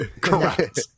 Correct